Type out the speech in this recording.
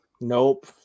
Nope